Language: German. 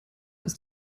ist